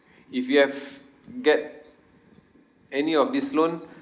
if you have get any of this loan